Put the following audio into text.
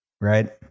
right